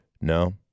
No